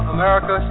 America